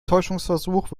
täuschungsversuch